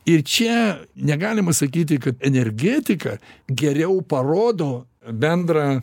ir čia negalima sakyti kad energetika geriau parodo bendrą